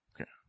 Okay